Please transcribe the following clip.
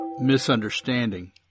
misunderstanding